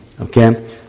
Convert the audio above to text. okay